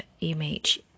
image